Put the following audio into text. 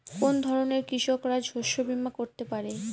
কোন ধরনের কৃষকরা শস্য বীমা করতে পারে?